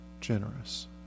generous